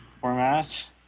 format